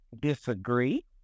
disagree